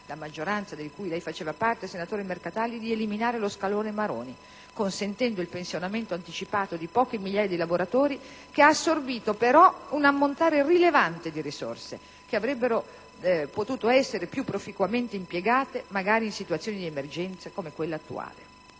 (la maggioranza di cui lei faceva parte, senatore Mercatali) di eliminare lo scalone Maroni, consentendo il pensionamento anticipato di poche migliaia di lavoratori che ha assorbito, però, un ammontare rilevante di risorse che avrebbero potuto essere più proficuamente impiegate, magari in situazioni di emergenza come quella attuale.